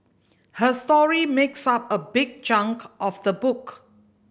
her story makes up a big chunk of the book